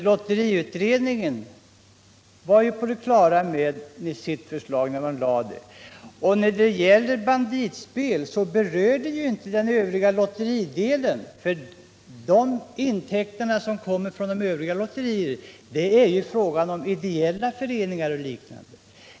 Lotteriutredningen var när man lade sitt förslag på det klara med detta. Banditspelet berör inte den övriga lotteridelen. Övriga intäkter kommer från lotterier inom ideella föreningar och liknande.